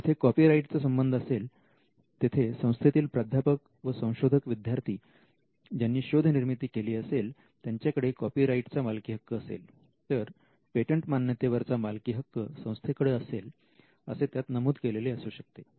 जिथे कॉपीराईटचा संबंध असेल तेथे संस्थेतील प्राध्यापक व संशोधक विद्यार्थी ज्यांनी शोध निर्मिती केली असेल त्यांच्याकडे कॉपीराईटचा मालकीहक्क असेल तर पेटेंटमान्यते वरचा मालकीहक्क संस्थेकडे असेल असे त्यात नमूद केलेले असू शकते